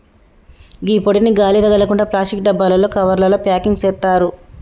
గీ పొడిని గాలి తగలకుండ ప్లాస్టిక్ డబ్బాలలో, కవర్లల ప్యాకింగ్ సేత్తారు